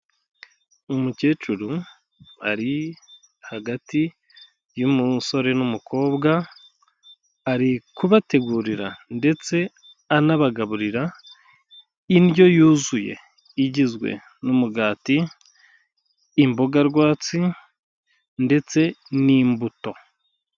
Umukecuru ari hagati y'umusore n'umukobwa, ari kubategurira ndetse anabagaburira indyo yuzuye igizwe n'umugati, imboga rwatsi ndetse n'imbuto.